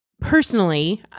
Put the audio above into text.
personally